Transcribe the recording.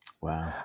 Wow